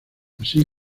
así